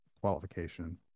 qualification